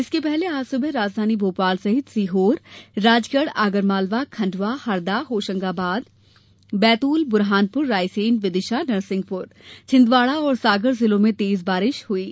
इसके पहले आज सुबह राजधानी भोपाल सहित सीहोर राजगढ आगरमालवा खंडवा हरदा होशंगाबाद बैतूल ब्रहानपुर रायसेन विदिशा नरसिंहपुर छिंदवाडा और सागर जिलों में तेज बारिश दर्ज हुई है